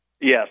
Yes